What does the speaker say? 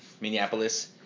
Minneapolis